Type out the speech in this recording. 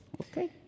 Okay